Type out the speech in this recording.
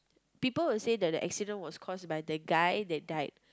people will say that the accident was caused by the guy that died